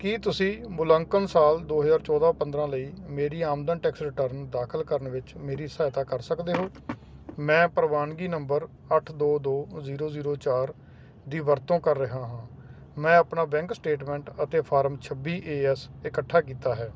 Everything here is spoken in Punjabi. ਕੀ ਤੁਸੀਂ ਮੁਲਾਂਕਣ ਸਾਲ ਦੋ ਹਜ਼ਾਰ ਚੋਦਾਂ ਪੰਦਰਾਂ ਲਈ ਮੇਰੀ ਆਮਦਨ ਟੈਕਸ ਰਿਟਰਨ ਦਾਖਲ ਕਰਨ ਵਿੱਚ ਮੇਰੀ ਸਹਾਇਤਾ ਕਰ ਸਕਦੇ ਹੋ ਮੈਂ ਪ੍ਰਵਾਨਗੀ ਨੰਬਰ ਅੱਠ ਦੋ ਦੋ ਜ਼ੀਰੋ ਜ਼ੀਰੋ ਚਾਰ ਦੀ ਵਰਤੋਂ ਕਰ ਰਿਹਾ ਹਾਂ ਮੈਂ ਆਪਣਾ ਬੈਂਕ ਸਟੇਟਮੈਂਟ ਅਤੇ ਫਾਰਮ ਛੱਬੀ ਏ ਐੱਸ ਇਕੱਠਾ ਕੀਤਾ ਹੈ